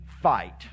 fight